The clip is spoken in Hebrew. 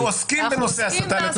אנחנו עוסקים בנושא הסתה לטרור.